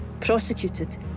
prosecuted